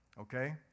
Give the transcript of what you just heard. okay